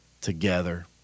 together